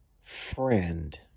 friend